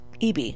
EB